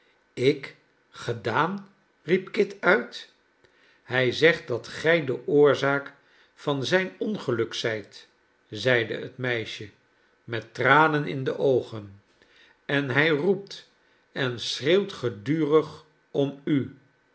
ik gedaan riep kit uit hij zegt dat gij de oorzaak van zijn ongeluk zijt zeide het meisje met tranen in de oogen en hij roept en schreeuwt gedurig om u